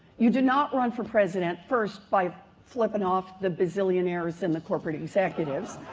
you did not run for president first by flipping off the bazillion airs in the corporate executives,